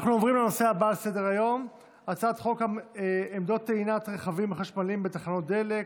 בעד, 14, אין מתנגדים,